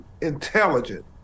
intelligent